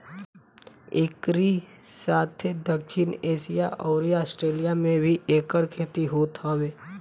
एकरी साथे दक्षिण एशिया अउरी आस्ट्रेलिया में भी एकर खेती होत हवे